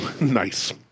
Nice